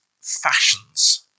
fashions